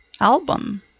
album